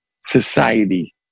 society